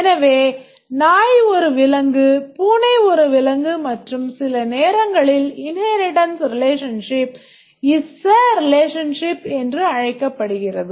எனவே நாய் ஒரு விலங்கு பூனை ஒரு விலங்கு மற்றும் சில நேரங்களில் இன்ஹேரிட்டன்ஸ் relationship ISA relationship என்றும் அழைக்கப்படுகிறது